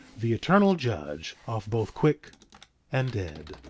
the eternal judge of both quick and dead.